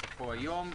כנוסחו היום,